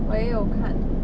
我也有看